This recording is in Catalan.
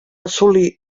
assolir